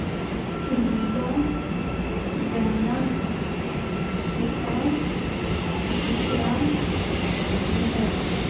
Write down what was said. Sumaiya Zainab Shifa Zikra Mehr